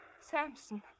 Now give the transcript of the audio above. Samson